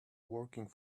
working